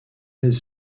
his